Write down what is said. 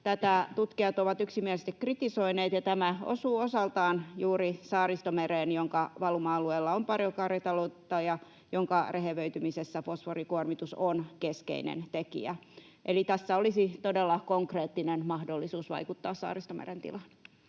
Tätä tutkijat ovat yksimielisesti kritisoineet, ja tämä osuu osaltaan juuri Saaristomereen, jonka valuma-alueella on paljon karjataloutta ja jonka rehevöitymisessä fosforikuormitus on keskeinen tekijä. Tässä olisi todella konkreettinen mahdollisuus vaikuttaa Saaristomeren tilaan.